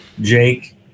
Jake